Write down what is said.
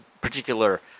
particular